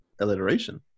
Alliteration